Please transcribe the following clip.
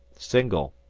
single,